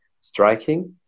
Striking